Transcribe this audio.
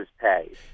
pay